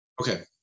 okay